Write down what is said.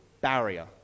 barrier